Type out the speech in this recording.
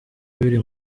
biri